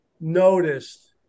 noticed